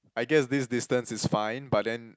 I guess this distance is fine but then